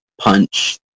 Punch